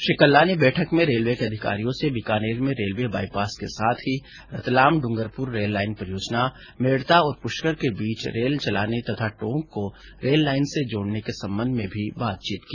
श्री कल्ला ने बैठक में रेलवे के अधिकारियों से बीकानेर में रेलवे बाईपास के साथ ही रतलाम डूंगरपुर रेललाईन परियोजना मेडता और पुष्कर के बीच रेल चलाने तथा टोंक को रेल लाईन से जोडने के संबंध में भी बातचीत की